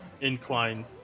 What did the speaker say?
incline